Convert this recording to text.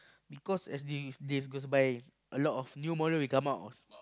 because as days days go by a lot of new model will come out